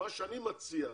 מה שאני מציע,